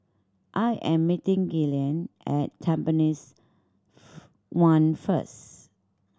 I am meeting Gillian at Tampines One first